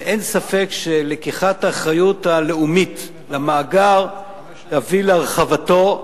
ואין ספק שלקיחת האחריות הלאומית למאגר תביא להרחבתו,